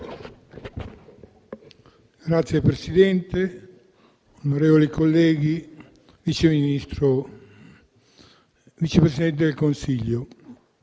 Egregio Presidente, onorevoli colleghi, Vice Presidente del Consiglio,